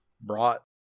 brought